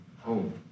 home